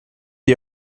ihr